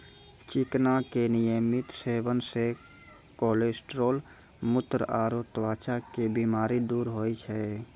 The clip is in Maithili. चिकना के नियमित सेवन से कोलेस्ट्रॉल, मुत्र आरो त्वचा के बीमारी दूर होय छै